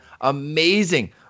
Amazing